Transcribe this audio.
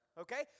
okay